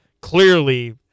clearly